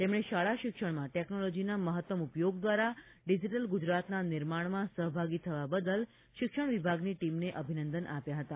તેમણે શાળા શિક્ષણમાં ટેકનોલોજીના મહત્તમ ઉપયોગ દ્વારા ડીજીટલ ગુજરાતના નિર્માણમાં સહભાગી થવા બદલ શિક્ષણ વિભાગની ટીમને અભિનંદન આપ્યા હતા